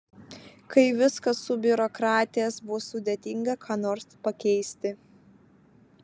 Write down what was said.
kai viskas subiurokratės bus sudėtinga ką nors pakeisti